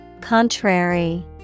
Contrary